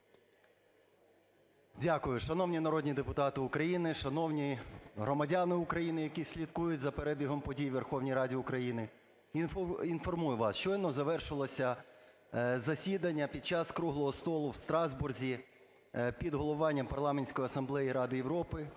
Дякую. Шановні народні депутати України, шановні громадяни України, які слідкують за перебігом подій у Верховній Раді України, інформую вас. Щойно завершилося засідання, під час круглого столу в Страсбурзі під головуванням Парламентської асамблеї Ради Європи,